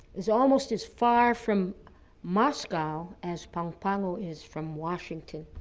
is almost as far from moscow as pago pago is from washington.